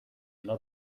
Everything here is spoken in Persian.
اونا